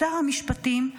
שר המשפטים,